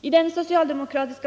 Fru talman!